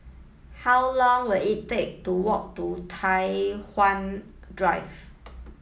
how long will it take to walk to Tai Hwan Drive